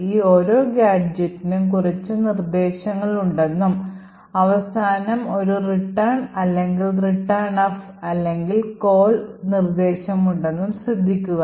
ഈ ഓരോ ഗാഡ്ജെറ്റിനും കുറച്ച് നിർദ്ദേശങ്ങളുണ്ടെന്നും അവസാനം ഒരു റിട്ടേൺ അല്ലെങ്കിൽ റിട്ടേൺ എഫ് അല്ലെങ്കിൽ കോൾ നിർദ്ദേശമുണ്ടെന്നും ശ്രദ്ധിക്കുക